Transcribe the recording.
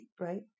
right